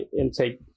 intake